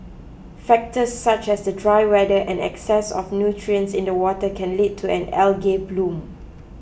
factors such as the dry weather and an excess of nutrients in the water can lead to an algae bloom